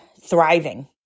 thriving